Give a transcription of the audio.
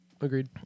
agreed